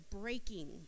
breaking